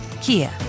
Kia